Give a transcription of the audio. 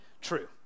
true